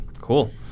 Cool